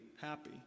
happy